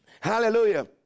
Hallelujah